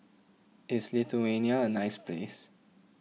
is Lithuania a nice place